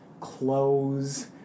clothes